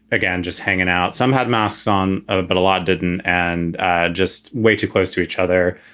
again, just hanging out. some had masks on, ah but a lot didn't. and just way too close to each other,